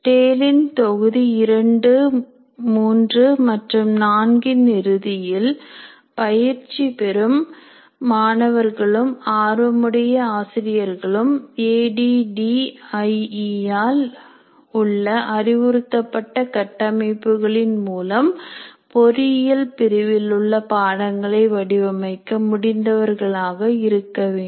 டேலின் தொகுதி 2 3 மற்றும் நான்கின் இறுதியில் பயிற்சி பெறும் மாணவர்களும் ஆர்வமுடைய ஆசிரியர்களும் ஏடிடிஐஇ இல் உள்ள அறிவுறுத்தப்பட்ட கட்டமைப்புகளின் மூலம் பொறியியல் பிரிவில் உள்ள பாடங்களை வடிவமைக்க முடிந்தவர்கள் ஆக இருக்க வேண்டும்